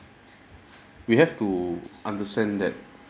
we have to understand that